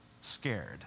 scared